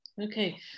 okay